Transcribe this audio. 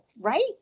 Right